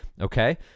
Okay